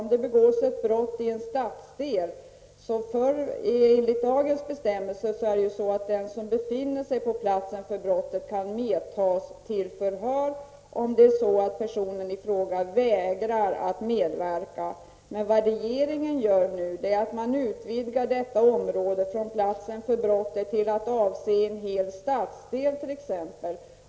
Om det begås ett brott i en viss stadsdel kan enligt gällande bestämmelser den som befinner sig på platsen för brottet tas med till polisstation för förhör, om han eller hon vägrar att tala om vad som har hänt. Vad regeringen nu gör är att utvidga området för omhändertagande till exempelvis en hel stadsdel.